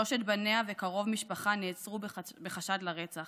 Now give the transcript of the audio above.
שלושת בניה וקרוב משפחה נעצרו בחשד לרצח,